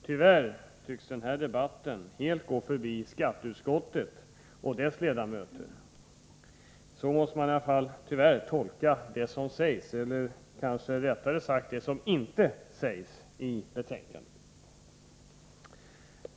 Tyvärr tycks den debatten helt ha gått förbi skatteutskottet och dess ledamöter. Så måste man i alla fall tolka det som sägs —- eller, kanske rättare sagt, det som inte sägs — i betänkandet.